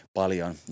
paljon